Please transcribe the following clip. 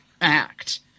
Act